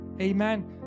amen